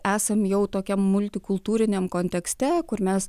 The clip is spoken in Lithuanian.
esam jau tokiam multikultūriniam kontekste kur mes